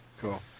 Cool